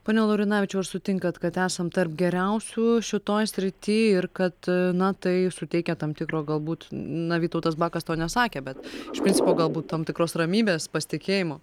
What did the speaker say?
pone laurinavičiau ar sutinkat kad esam tarp geriausių šitoj srity ir kad na tai suteikia tam tikro galbūt na vytautas bakas to nesakė bet iš principo galbūt tam tikros ramybės pasitikėjimo